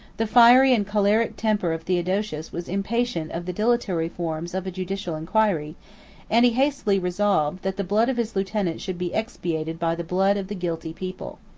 the fiery and choleric temper of theodosius was impatient of the dilatory forms of a judicial inquiry and he hastily resolved, that the blood of his lieutenant should be expiated by the blood of the guilty people.